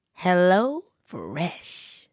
HelloFresh